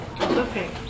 Okay